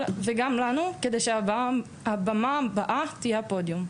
וגם לנו כדי שהבמה הבאה תהיה הפודיום,